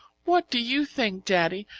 what do you think, daddy?